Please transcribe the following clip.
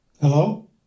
Hello